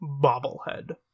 bobblehead